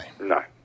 No